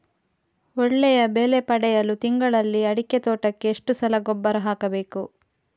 ಒಳ್ಳೆಯ ಬೆಲೆ ಪಡೆಯಲು ತಿಂಗಳಲ್ಲಿ ಅಡಿಕೆ ತೋಟಕ್ಕೆ ಎಷ್ಟು ಸಲ ಗೊಬ್ಬರ ಹಾಕಬೇಕು?